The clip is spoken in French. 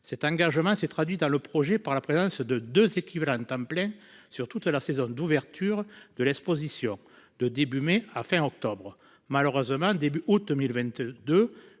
Cet engagement s'est traduit dans le projet par la présence de 2 équivalents temps plein sur toute la saison d'ouverture de l'Exposition de début mai à fin octobre malheureusement début août 2022.